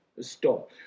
Stop